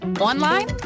Online